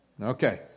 Okay